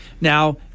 Now